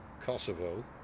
Kosovo